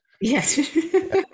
yes